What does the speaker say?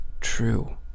true